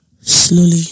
slowly